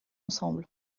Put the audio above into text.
ensemble